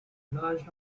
large